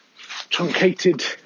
truncated